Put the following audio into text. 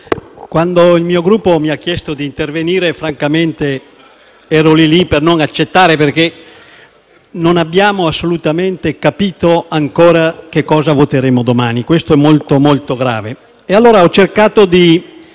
quando il mio Gruppo mi ha chiesto di intervenire francamente stavo per non accettare perché non abbiamo assolutamente capito ancora cosa voteremo domani e questo è molto, molto grave. Pertanto ho cercato di